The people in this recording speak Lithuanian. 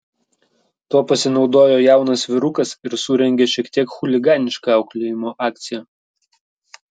tuo pasinaudojo jaunas vyrukas ir surengė šiek tiek chuliganišką auklėjimo akciją